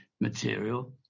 material